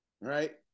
Right